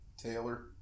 Taylor